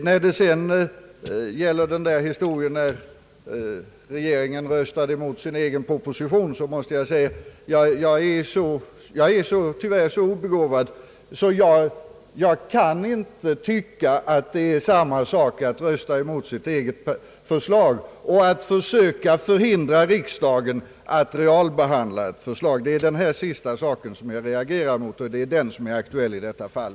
När det sedan gäller historien om när regeringen röstade emot sin egen proposition, måste jag säga att jag tyvärr är så obegåvad att jag inte kan inse att det är samma sak att rösta emot sitt eget förslag och att försöka hindra riksdagen från att realbehandla ett förslag. Det är den sista saken som jag reagerar emot, och det är den som är aktuell i detta fall.